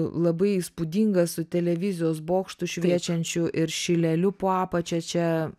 labai įspūdingas su televizijos bokštu šviečiančiu ir šileliu po apačia čia